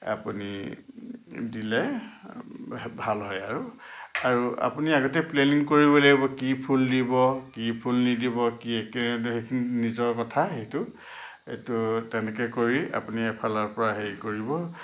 আপুনি দিলে ভাল হয় আৰু আৰু আপুনি আগতে প্লেনিং কৰিব লাগিব কি ফুল দিব কি ফুল নিদিব কি একে সেইখিনি নিজৰ কথা সেইটো এইটো তেনেকৈ কৰি আপুনি এফালৰ পৰা হেৰি কৰিব